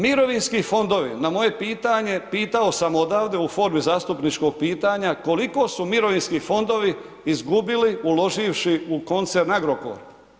Mirovinski fondovi, na moje pitanje, pitao sam odavde u formi zastupničkog pitanja koliko su mirovinski fondovi izgubili uloživši u koncern Agrokor.